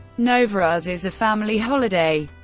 novruz is a family holiday.